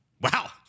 Wow